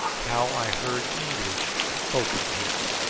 how i heard english spoken here.